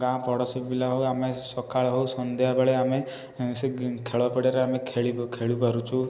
ଗାଁ ପଡ଼ୋଶୀ ପିଲା ହଉ ଆମେ ସକାଳେ ହଉ ସନ୍ଧ୍ୟାବେଳେ ଆମେ ସେ ଖେଳ ପଡ଼ିଆରେ ଆମେ ଖେଳିପାରୁଛୁ